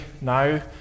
now